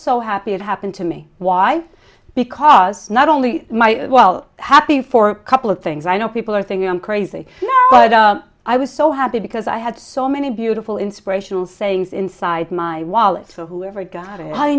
so happy it happened to me why because not only might as well happy for a couple of things i know people are thinking i'm crazy i was so happy because i had so many beautiful inspirational sayings inside my wallet for whoever got it